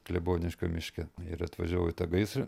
kleboniškio miške ir atvažiavau į tą gaisrą